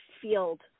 field